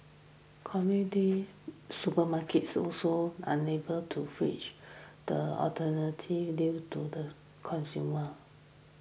supermarkets also unable to the alternatives due to the consumers